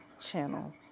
channel